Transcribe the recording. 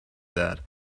that